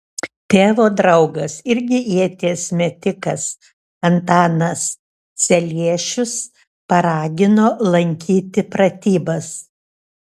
tėvo draugas irgi ieties metikas antanas celiešius paragino lankyti pratybas